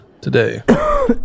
today